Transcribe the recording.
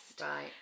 Right